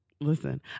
Listen